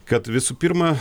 kad visų pirma